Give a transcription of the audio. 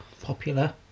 Popular